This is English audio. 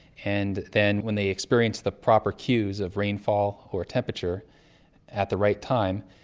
and then when they experience the proper cues of rainfall or temperature at the right time,